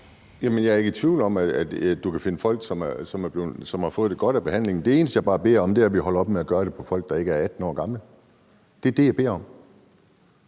jeg er ikke i tvivl om, at du kan finde folk, som har fået det godt af behandlingen. Det eneste, jeg bare beder om, er, at vi holder op med at gøre det på folk, der ikke er fyldt 18 år. Det er det, jeg beder om.